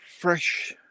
fresh